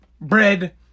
bread